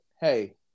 hey